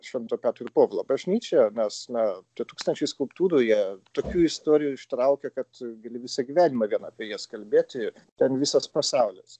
švento petro ir povilo bažnyčia nes na du tūkstančiai skulptūrų jie tokių istorijų ištraukia kad gali visą gyvenimą vien apie jas kalbėti ten visas pasaulis